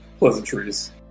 Pleasantries